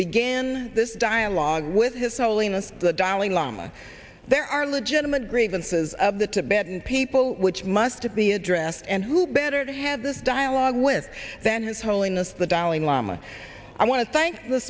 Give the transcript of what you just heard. begin this dialogue with his soul leanest the dalai lama there are legitimate grievances of the tibetan people which must to be addressed and who better to have this dialogue with than his holiness the dalai lama i want to thank the